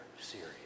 series